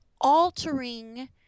altering